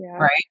right